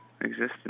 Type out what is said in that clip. existence